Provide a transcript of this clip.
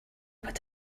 what